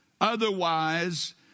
Otherwise